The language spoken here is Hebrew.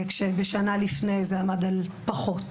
כשבשנה לפני כן זה עמד על פחות.